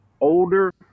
older